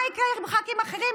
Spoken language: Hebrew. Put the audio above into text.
מה יקרה עם ח"כים אחרים?